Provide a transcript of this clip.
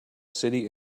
city